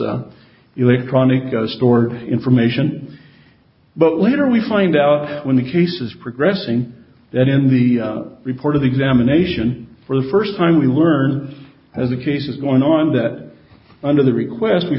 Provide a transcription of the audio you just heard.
e electronic store information but later we find out when the case is progressing that in the report of examination for the first time we learn as the case is going on that under the request we